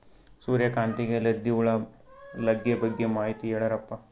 ಸೂರ್ಯಕಾಂತಿಗೆ ಲದ್ದಿ ಹುಳ ಲಗ್ಗೆ ಬಗ್ಗೆ ಮಾಹಿತಿ ಹೇಳರಪ್ಪ?